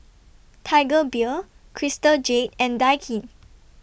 Tiger Beer Crystal Jade and Daikin